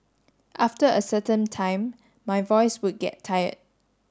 after a certain time my voice would get tired